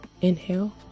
inhale